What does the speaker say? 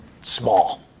small